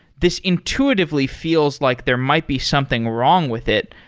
this intuitively feels like there might be something wrong with it.